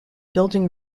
building